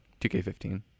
2K15